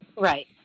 Right